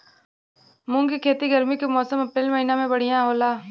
मुंग के खेती गर्मी के मौसम अप्रैल महीना में बढ़ियां होला?